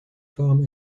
farm